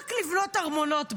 רק לבנות ארמונות בחול,